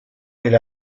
del